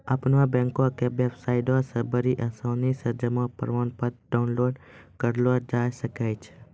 अपनो बैंको के बेबसाइटो से बड़ी आसानी से जमा प्रमाणपत्र डाउनलोड करलो जाय सकै छै